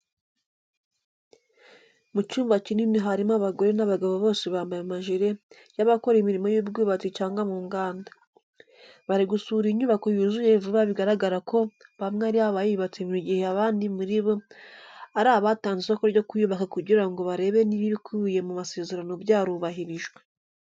Mu cyumba kinini harimo abagore n'abagabo bose bambaye amajire y'abakora imirimo y'ubwubatsi cyangwa mu nganda. Bari gusura inyubako yuzuye vuba bigaragara ko bamwe ari abayubatse mu gihe abandi muri bo ari abatanze isoko ryo kuyubaka kugira ngo barebe niba ibikubiye mu masezerano byarubahirijwe.